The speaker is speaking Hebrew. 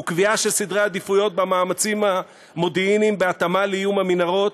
וקביעה של סדרי עדיפויות במאמצים המודיעיניים בהתאמה לאיום המנהרות,